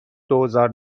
دوزار